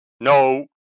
No